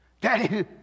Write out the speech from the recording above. Daddy